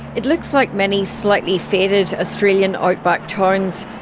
it looks like many slightly faded australian outback towns.